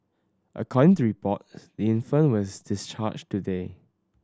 according to report infant was discharged today